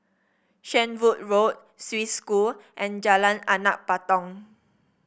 Shenvood Road Swiss School and Jalan Anak Patong